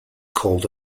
called